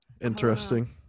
interesting